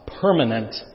permanent